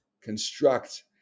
construct